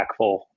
impactful